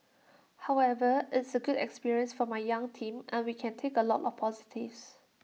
however it's A good experience for my young team and we can take A lot of positives